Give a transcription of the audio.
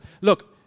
look